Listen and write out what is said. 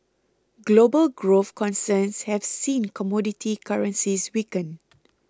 global growth concerns have seen commodity currencies weaken